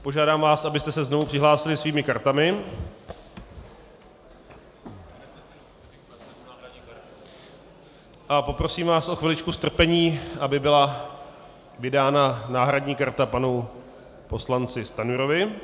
Požádám vás, abyste se znovu přihlásili svými kartami, a poprosím vás o chviličku strpení, aby byla vydána náhradní karta panu poslanci Stanjurovi.